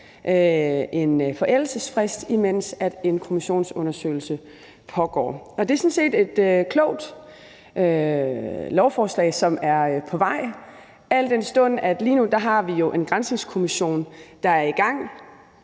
en forældelsesfrist, mens en kommissionsundersøgelse pågår. Det er sådan set et klogt lovforslag, som er på vej, al den stund at vi lige nu har en granskningskommission, der er i gang.